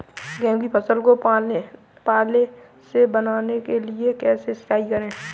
गेहूँ की फसल को पाले से बचाने के लिए कैसे सिंचाई करें?